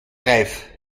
reif